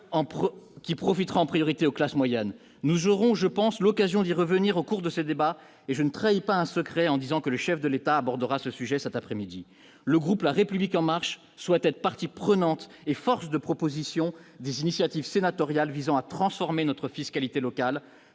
qui profitera en priorité aux classes moyennes, nous aurons, je pense, l'occasion d'y revenir au cours de ces débats et je ne trahis pas un secret en disant que le chef de l'État abordera ce sujet cet après-midi, le groupe la République en marche souhaite être partie prenante et force de proposition d'initiative sénatoriale visant à transformer notre fiscalité locale